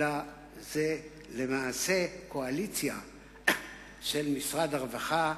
אלא זה למעשה קואליציה של משרד הרווחה,